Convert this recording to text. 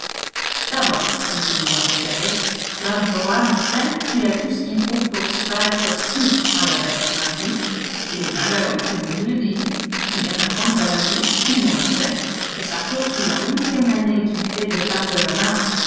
continua pierriche tu avoueras ben qu'il a tout ce qu'il faut pour se faire poursuivre par la bête à grand'queue il est blagueur tu viens de le dire il aime à prendre la goutte tout le monde le sait et ça court sur la huitième année qu'il fait des pâques de renard